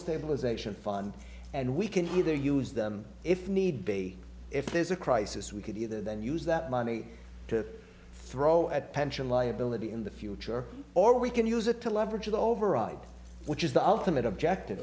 stabilization fund and we can either use them if need be if there's a crisis we could either then use that money to throw at pension liability in the future or we can use it to leverage override which is the ultimate objective